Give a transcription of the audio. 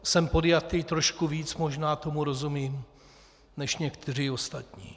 Jsem podjatý, trošku víc možná tomu rozumím než někteří ostatní.